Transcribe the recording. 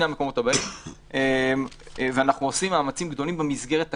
המקומות הבאים ואנחנו עושים מאמצים גדולים במסגרת הקיימת.